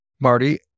Marty